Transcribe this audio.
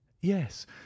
yes